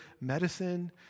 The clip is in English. medicine